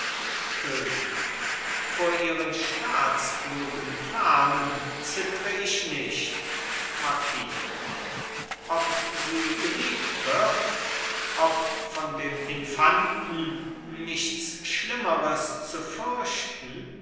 könig vor ihren staatsklugen planen zittr ich nicht marquis ob sie geliebt wird ob von dem infanten nichts schlimmeres zu fürchten